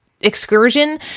excursion